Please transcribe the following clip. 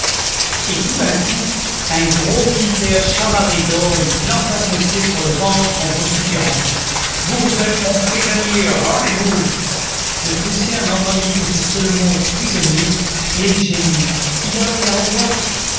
et tout d'un coup un gros militaire chamarré d'or lui planta son pied sur le ventre en vociférant vous êtes mon prisonnier rendez-vous le prussien n'entendit que ce seul mot prisonnier et il gémit ya ya